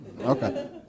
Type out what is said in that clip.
Okay